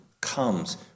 comes